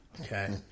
Okay